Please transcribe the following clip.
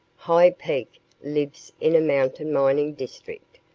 high peak lives in a mountain mining district.